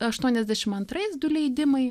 aštuoniasdešim antrais du leidimai